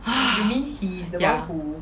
ya